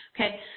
okay